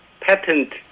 patent